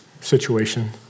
situation